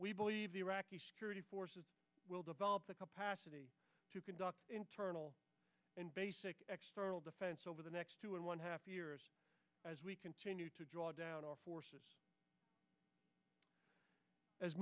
we believe the iraqi security forces will develop the capacity to conduct internal and basic defense over the next two and one half years as we continue to draw down our forces as